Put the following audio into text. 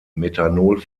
methanol